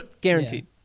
Guaranteed